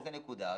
זו הנקודה.